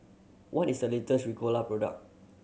what is the latest Ricola product